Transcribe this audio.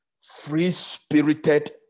free-spirited